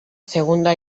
segunda